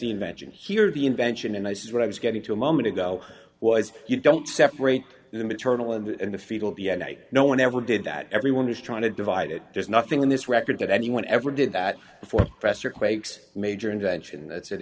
invention here of the invention and i says what i was getting to a moment ago was you don't separate the maternal and the fetal d n a no one ever did that everyone is trying to divide it there's nothing in this record that anyone ever did that press or quakes major invention that's a